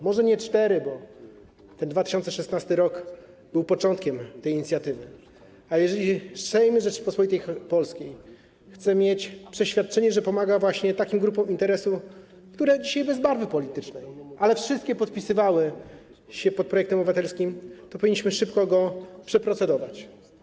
Może nie 4 lata, bo 2016 r. był początkiem tej inicjatywy, ale jeżeli Sejm Rzeczypospolitej Polskiej chce mieć przeświadczenie, że pomaga właśnie takim grupom interesu, które dzisiaj - bez barwy politycznej, wszystkie - podpisywały się pod projektem obywatelskim, to powinniśmy szybko go przeprocedować.